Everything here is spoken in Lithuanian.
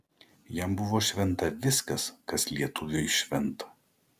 jam buvo šventa viskas kas lietuviui šventa